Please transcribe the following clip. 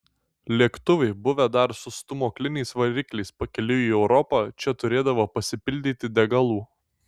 lėktuvai buvę dar su stūmokliniais varikliais pakeliui į europą čia turėdavo pasipildyti degalų